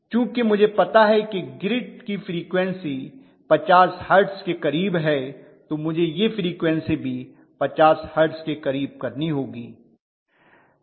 चूंकि मुझे पता है कि ग्रिड की फ्रीक्वन्सी 50 हर्ट्ज के करीब है तो मुझे यह फ्रीक्वन्सी भी 50 हर्ट्ज के करीब करना होगी